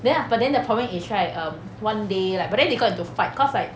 ya but then the problem is right um one day like but then they got into fight cause like